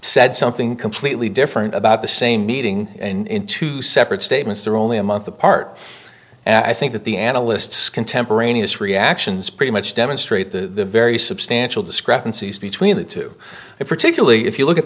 said something completely different about the same meeting in two separate statements they're only a month apart and i think that the analysts contemporaneous reactions pretty much demonstrate the very substantial discrepancies between the two particularly if you look at